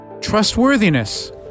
trustworthiness